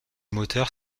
moteur